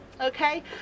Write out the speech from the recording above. Okay